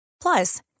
Plus